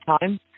time